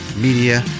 media